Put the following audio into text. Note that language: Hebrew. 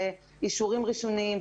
אישורים ראשוניים,